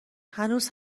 هنوز